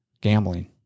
gambling